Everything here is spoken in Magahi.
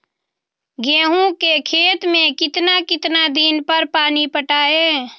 गेंहू के खेत मे कितना कितना दिन पर पानी पटाये?